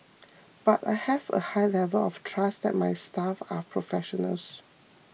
but I have a high level of trust that my staff are professionals